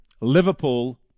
Liverpool